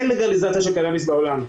אין לגליזציה של קנאביס בעולם.